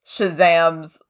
Shazam's